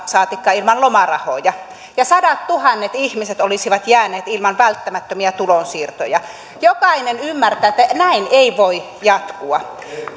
saatikka ilman lomarahoja ja sadattuhannet ihmiset olisivat jääneet ilman välttämättömiä tulonsiirtoja jokainen ymmärtää että näin ei voi jatkua